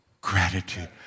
Gratitude